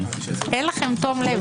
אין לכם תום לב.